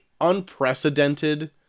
unprecedented